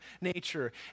nature